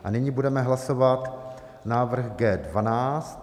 A nyní budeme hlasovat návrh G12.